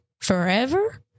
forever